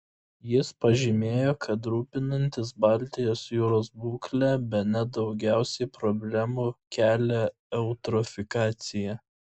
jis pažymėjo kad rūpinantis baltijos jūros būkle bene daugiausiai problemų kelia eutrofikacija